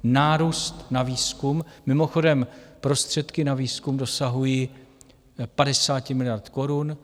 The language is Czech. Nárůst na výzkum mimochodem, prostředky na výzkum dosahují 50 miliard korun.